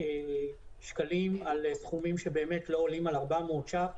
שקלים על סכומים שלא עולים על 400 שקלים.